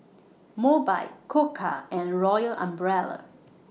Mobike Koka and Royal Umbrella